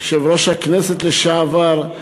יושב-ראש הכנסת לשעבר,